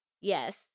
yes